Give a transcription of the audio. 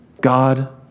God